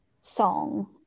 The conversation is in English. song